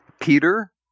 Peter